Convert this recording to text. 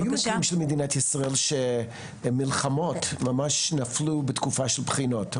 היו מקרים למדינת ישראל של מלחמות שממש נפלו בתקופה של בחינות,